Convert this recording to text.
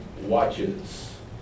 watches